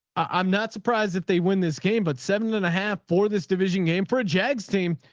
i'm not surprised if they win this game, but seven and a half for this division game for a jags team,